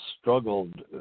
struggled